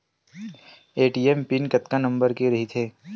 ATM pin कतका number के रही थे?